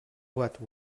what